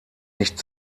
nicht